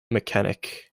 mackinac